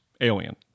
alien